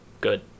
good